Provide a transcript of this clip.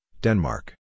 Denmark